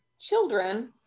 children